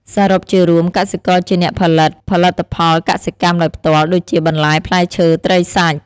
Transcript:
សរុបជារួម កសិករជាអ្នក ផលិត ផលិផលកសិកម្មដោយផ្ទាល់ ដូចជា បន្លែ ផ្លែឈើ ត្រី សាច់។